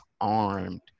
armed